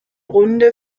runde